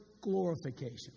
glorification